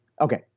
Okay